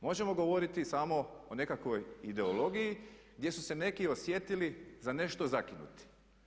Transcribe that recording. Možemo govoriti samo o nekakvoj ideologiji gdje su se neki osjetili za nešto zakinuti.